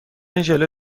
ژله